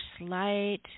light